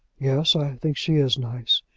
yes, i think she is nice.